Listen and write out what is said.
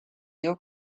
your